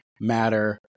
matter